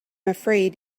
afraid